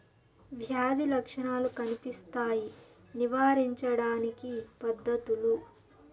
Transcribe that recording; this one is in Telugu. వ్యాధి లక్షణాలు కనిపిస్తాయి నివారించడానికి పద్ధతులు?